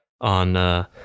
on